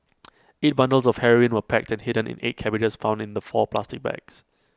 eight bundles of heroin were packed and hidden in eight cabbages found in the four plastic bags